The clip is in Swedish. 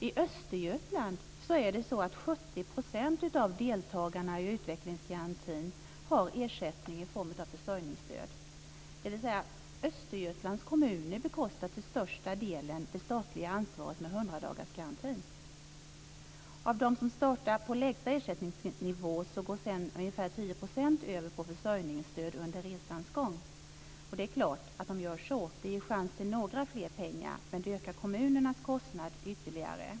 I Östergötland är det 70 % av deltagarna i utvecklingsgarantin som har ersättning i form av försörjningsstöd. Östergötlands kommuner bekostar alltså till största delen det statliga ansvaret med hundradagarsgarantin. Av dem som startar på lägsta ersättningsnivå går sedan ungefär 10 % över på försörjningsstöd under resans gång. Det är klart att de gör det; det ger chans till lite mer pengar. Men det ökar kommunernas kostnader ytterligare.